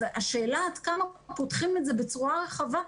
השאלה עד כמה פותחים את זה בצורה רחבה.